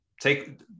Take